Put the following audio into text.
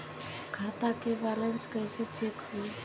खता के बैलेंस कइसे चेक होई?